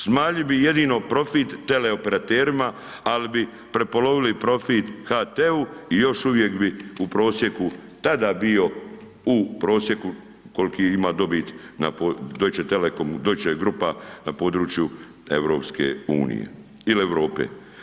Smanjili bi jedino profit teleoperaterima, ali bi prepolovili profit HT-u i još uvijek bi u prosjeku tada bio u prosjeku koliki ima dobit na Deutsche telekomu, Deutsche grupa na području EU ili Europe.